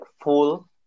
full